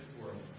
world